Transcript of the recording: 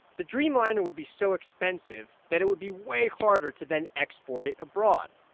the dreamliner would be so expensive that it would be way harder to then export it abroad.